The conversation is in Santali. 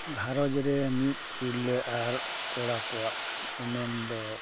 ᱜᱷᱟᱨᱚᱸᱡᱽ ᱨᱮ ᱢᱤᱫ ᱛᱤᱨᱞᱟᱹ ᱟᱨ ᱠᱚᱲᱟ ᱠᱚᱣᱟᱜ ᱮᱱᱮᱢ ᱫᱚ